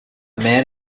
man